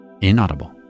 Inaudible